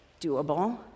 doable